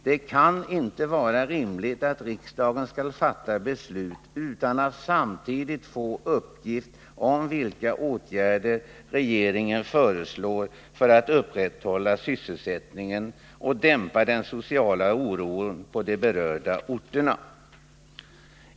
Det kan inte vara rimligt att riksdagen skulle fatta beslut om den svenska varvsindustrins storlek utan att samtidigt få uppgift om vilka åtgärder regeringen föreslår för att upprätthålla sysselsättningen och dämpa den sociala oron på de berörda orterna.